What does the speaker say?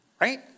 right